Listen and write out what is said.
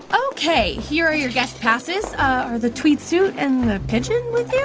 ok. here are your guest passes. are the tweed suit and the pigeon with you?